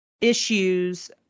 issues